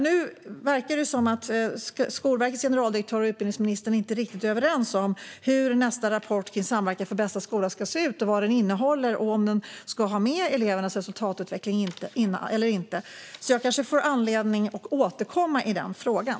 Nu verkar det som att Skolverkets generaldirektör och utbildningsministern inte är riktigt överens om hur nästa rapport om Samverkan för bästa skola ska se ut och vad den ska innehålla, om den ska ha med elevernas resultatutveckling eller inte. Jag kanske får anledning att återkomma i den frågan.